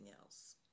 else